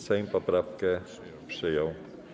Sejm poprawkę przyjął.